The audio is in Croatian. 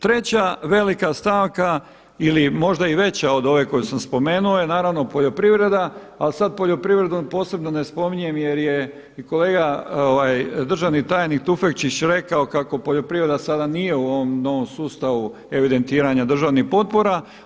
Treća velika stavka ili možda i veća od ove koju sam spomenuo je naravno poljoprivreda, ali sad posebno poljoprivredu ne spominjem jer je i kolega državni tajnik Tufekčić rekao kako poljoprivreda sada nije u ovom novom sustavu evidentiranja državnih potpora.